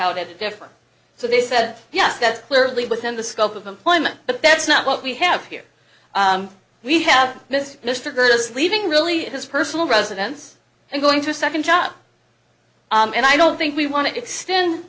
out at different so they said yes that's clearly within the scope of employment but that's not what we have here we have this mr curtis leaving really his personal residence and going to a second job and i don't think we want to extend